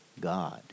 God